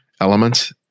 elements